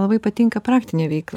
labai patinka praktinė veikla